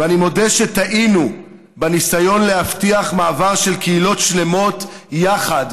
ואני מודה שטעינו בניסיון להבטיח מעבר של קהילות שלמות יחד,